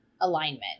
alignment